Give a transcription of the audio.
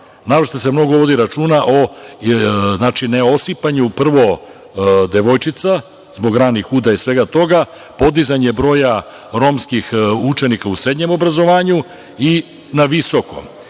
Naročito se mnogo vodi računa o ne osipanju prvo devojčica, zbog ranijih udaja i svega toga, podizanje broja romskih učenika u srednjem obrazovanju i na visokom